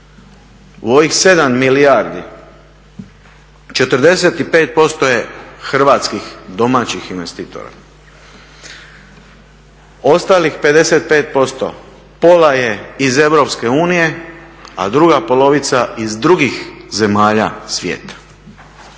u ovih 7 milijardi 45% je hrvatskih domaćih investitora, ostalih 55% pola je iz EU, a druga polovica iz drugih zemalja svijeta.